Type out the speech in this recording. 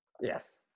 Yes